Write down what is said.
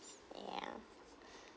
yeah